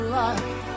life